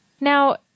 Now